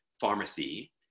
pharmacy